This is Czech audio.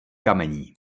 kamení